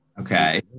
Okay